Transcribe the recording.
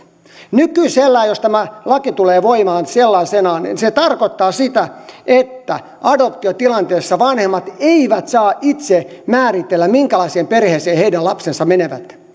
nykyisellään jos tämä laki tulee voimaan sellaisenaan se tarkoittaa sitä että adoptiotilanteessa vanhemmat eivät saa itse määritellä minkälaiseen perheeseen heidän lapsensa menevät